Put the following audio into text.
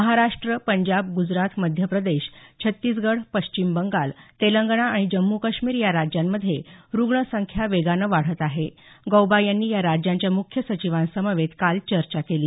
महाराष्ट्र पंजाब गुजरात मध्य प्रदेश छत्तीसगढ़ पश्चिम बंगाल तेलंगणा आणि जम्म् काश्मीर या राज्यांमध्ये रुग्णसंख्या वेगानं वाढत आहे गौबा यांनी या राज्यांच्या मुख्य सचिवांसमवेत काल चर्चा केली